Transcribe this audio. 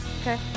Okay